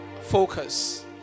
focus